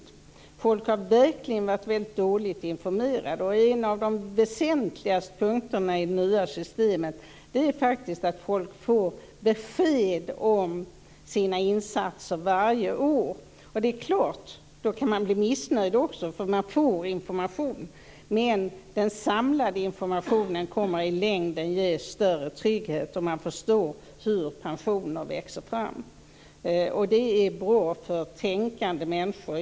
Folk har verkligen varit dåligt informerade. En av de väsentligaste punkterna i det nya systemet är att folk får besked om sina insatser varje år. Det är klart att man då också kan bli missnöjd därför att man får information. Men den samlade informationen kommer i längden att ge större trygghet, och man förstår hur pensioner växer fram. Det är bra för tänkande människor.